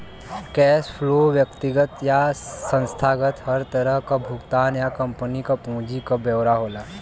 cash flow व्यक्तिगत या संस्थागत हर तरह क भुगतान या कम्पनी क पूंजी क ब्यौरा होला